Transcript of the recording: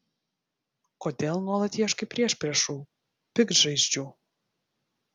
kodėl nuolat ieškai priešpriešų piktžaizdžių